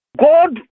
God